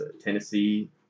Tennessee